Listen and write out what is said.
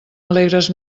alegres